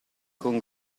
con